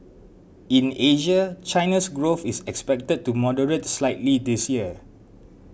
in Asia China's growth is expected to moderate slightly this year